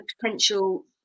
potential